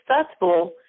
successful